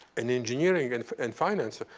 and engineering and and finance,